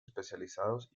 especializados